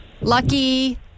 Lucky